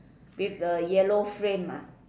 with a yellow frame ah